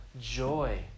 joy